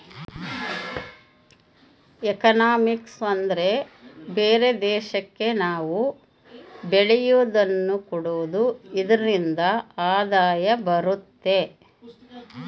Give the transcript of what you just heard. economics ಅಂದ್ರೆ ಬೇರೆ ದೇಶಕ್ಕೆ ನಾವ್ ಬೆಳೆಯೋದನ್ನ ಕೊಡೋದು ಇದ್ರಿಂದ ಆದಾಯ ಬರುತ್ತೆ